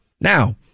Now